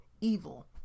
evil